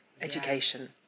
education